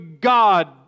God